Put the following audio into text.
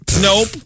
Nope